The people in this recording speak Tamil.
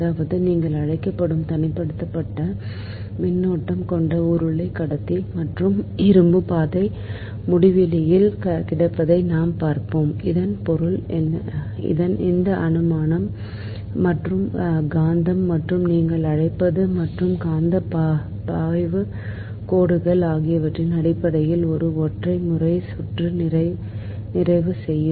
அதாவது நீங்கள் அழைக்கப்படும் தனிமைப்படுத்தப்பட்ட மின்னோட்டம் கொண்ட உருளை கடத்தி மற்றும் திரும்பும் பாதை முடிவிலியில் கிடப்பதை நாம் பார்ப்போம் இதன் பொருள் இந்த அனுமானம் மற்றும் காந்தம் மற்றும் நீங்கள் அழைப்பது மற்றும் காந்தப் பாய்வு கோடுகள் ஆகியவற்றின் அடிப்படையில் ஒரு ஒற்றை முறை சுற்று நிறைவு செய்யும்